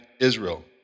Israel